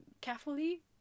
carefully